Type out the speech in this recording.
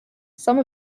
some